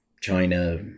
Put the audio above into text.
China